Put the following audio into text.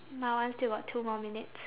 my one still got two more minutes